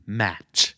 match